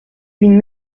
une